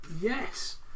yes